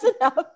enough